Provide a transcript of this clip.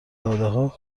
دادهها